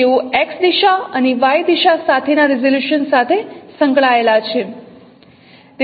તેઓ x દિશા અને y દિશા સાથેના રીઝોલ્યુશન સાથે સંકળાયેલા છે